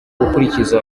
gukurikiza